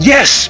Yes